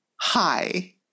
hi